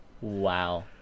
Wow